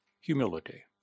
humility